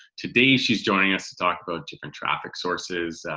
today she's joining us to talk about different traffic sources,